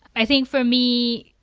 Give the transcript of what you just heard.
i think, for me,